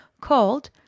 called